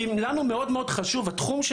כי לנו מאוד חשוב התחום,